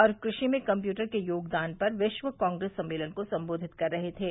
और कृषि में कम्पयूटर के योगदान पर विश्व कांग्रेस सम्मेलन को सम्बोधित कर रहे थे